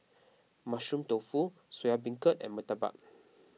Mushroom Tofu Soya Beancurd and Murtabak